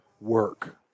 work